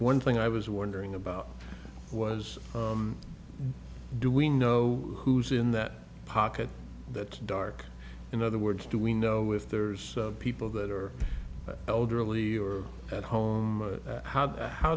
one thing i was wondering about was do we know who's in that pocket that dark in other words do we know if there's people that are elderly or at home how